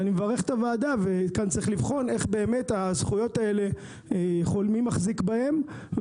ואני מברך את הוועדה וכאן צריך לבחון מי מחזיק בזכויות האלה,